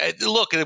look